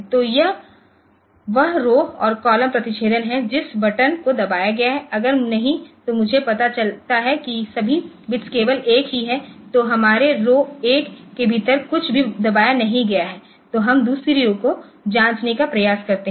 तोयह वह रौ और कॉलम प्रतिच्छेदन है जिस बटन को दबाया गया है अगर नहीं तो मुझे पता चलता है कि सभी बिट्स केवल 1 ही हैं तो हमारे रौ1 के भीतर कुछ भी दबाया नहीं गया है तो हम दूसरी रौ को जांचने का प्रयास करते हैं